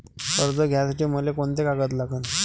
कर्ज घ्यासाठी मले कोंते कागद लागन?